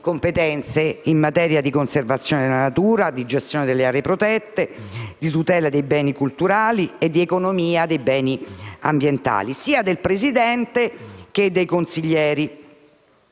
competenze in materia di conservazione della natura, di gestione delle aree protette, di tutela dei beni culturali e di economia dei beni ambientali sia del presidente che dei consiglieri.